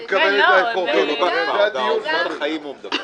אם נקבל את האפרוחים ------ על העופות החיים הוא מדבר,